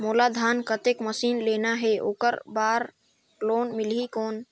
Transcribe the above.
मोला धान कतेक मशीन लेना हे ओकर बार लोन मिलही कौन?